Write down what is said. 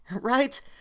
right